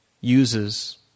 uses